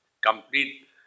Complete